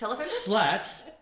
slats